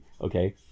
okay